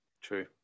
True